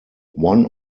one